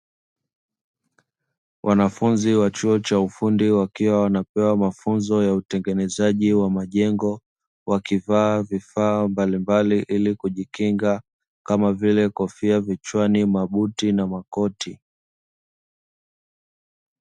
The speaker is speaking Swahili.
Wanafunzi wa chuo cha ufundi wakiwa wanapewa mafunzo ya utengenezaji wa majengo wakivaa vifaa mbalimbali ili kujikinga kama vile kofia vichwani, mabuti na makoti.